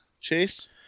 Chase